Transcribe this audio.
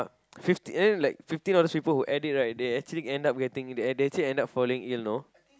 fifty then like fifty of those people who ate it right they actually end up getting eh they actually end up falling ill know